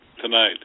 tonight